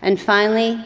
and finally,